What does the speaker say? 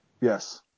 Yes